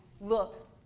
look